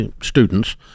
students